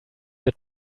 the